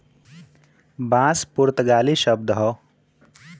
बांस पुर्तगाली शब्द हौ